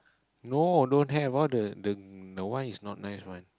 no don't have all the all the that one is all not nice one